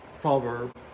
proverb